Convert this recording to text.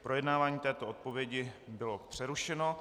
Projednávání této odpovědi bylo přerušeno.